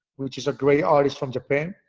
which is a great artist from japan.